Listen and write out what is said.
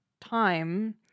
time